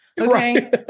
okay